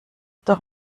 doch